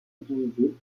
utilisé